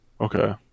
Okay